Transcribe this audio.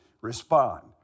respond